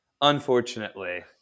unfortunately